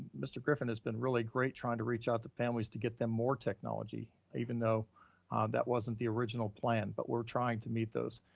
mr. griffin has been really great trying to reach out to families to get them more technology, even though that wasn't the original plan, but we're trying to meet those.